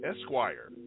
Esquire